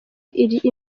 iri